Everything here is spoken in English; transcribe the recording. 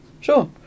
Sure